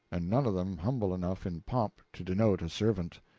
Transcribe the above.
and none of them humble enough in pomp to denote a servant.